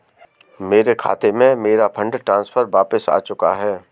मेरे खाते में, मेरा फंड ट्रांसफर वापस आ चुका है